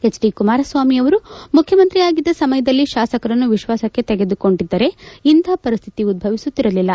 H D Kumaraswamy ಅವರು ಮುಖ್ಯಮಂತ್ರಿ ಆಗಿದ್ದ ಸಮಯದಲ್ಲಿ ಶಾಸಕರನ್ನು ವಿಶ್ವಾಸಕ್ಕೆ ತೆಗೆದುಕೊಂಡಿದ್ದರೇ ಇಂತಹ ಪರಿಸ್ಟಿತಿ ಉದ್ದವಿಸುತ್ತಿರಲಿಲ್ಲ